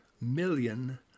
million